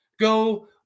Go